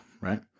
right